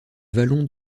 vallon